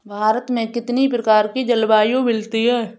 भारत में कितनी प्रकार की जलवायु मिलती है?